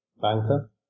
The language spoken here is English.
banker